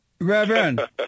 Reverend